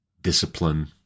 discipline